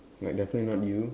like definitely not you